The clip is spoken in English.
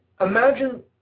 Imagine